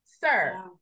sir